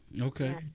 Okay